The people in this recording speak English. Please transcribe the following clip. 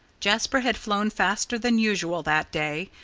jasper had flown faster than usual that day,